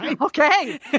Okay